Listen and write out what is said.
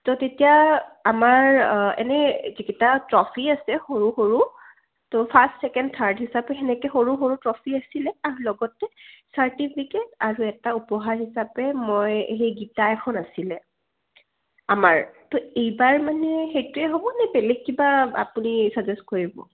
তো তেতিয়া আমাৰ এনেই এইকেইটা ট্ৰফি আছে সৰু সৰু তো ফাৰ্ষ্ট ছেকেণ্ড থাৰ্ড হিচাপে সেনেকৈ সৰু সৰু ট্ৰফি আছিলে আৰু লগতে চাৰ্টিফিকেট আৰু এটা উপহাৰ হিচাপে মই সেই গীতা এখন আছিলে আমাৰ তো এইবাৰ মানে সেইটোৱে হ'বনে বেলেগ কিবা আপুনি চাজেষ্ট কৰিব